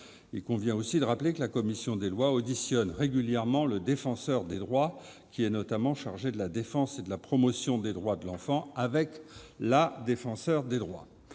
Il convient aussi de rappeler que la commission des lois auditionne régulièrement le Défenseur des droits, qui est notamment chargé de la défense et de la promotion des droits de l'enfant, avec la Défenseure des enfants.